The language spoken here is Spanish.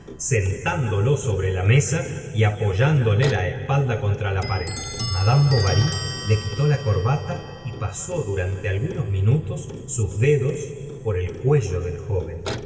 sentándolo sobre la mesa y apoyándole la espalda contra la pared mad bovary le quitó la corbata y pasó durante algunos minutos sus dedos por el cuello del joven